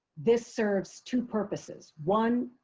this serves two purposes one,